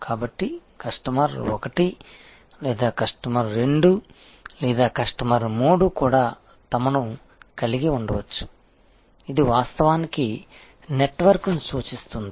కాబట్టి కస్టమర్ 1 లేదా కస్టమర్ 2 లేదా కస్టమర్ 3 కూడా తమను కలిగి ఉండవచ్చు ఇది వాస్తవానికి నెట్వర్క్ను సూచిస్తుంది